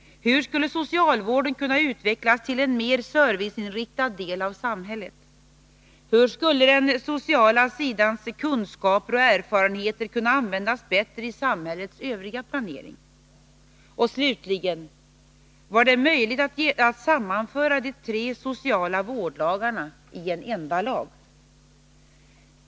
Hur skulle socialvården kunna utvecklas till en mer serviceinriktad del av samhället? Hur skulle den sociala sidans kunskaper och erfarenheter kunna användas bättre i samhällets övriga planering? Och slutligen: Var det möjligt att sammanföra de tre sociala vårdlagarna i en enda lag?